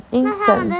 instant 。